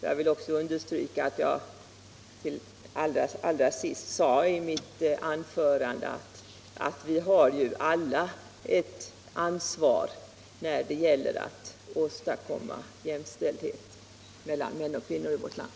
Jag vill också understryka vad jag sade allra sist i mitt anförande, att vi alla har ett ansvar när det gäller att åstadkomma jämställdhet mellan män och kvinnor i vårt land.